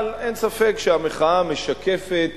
אבל אין ספק שהמחאה משקפת